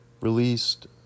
Released